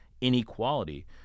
inequality